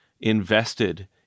invested